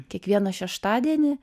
kiekvieną šeštadienį